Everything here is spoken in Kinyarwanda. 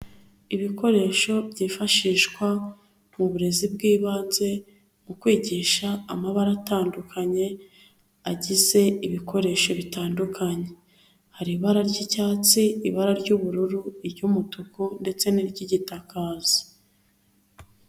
Ibikoresho byifashishwa mu burezi bw'ibanze, mu kwigisha amabara atandukanye agize ibikoresho bitandukanye, hari ibara ry'icyatsi, ibara ry'ubururu, iry'umutuku ndetse n'iry'igitakazi.